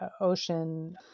Ocean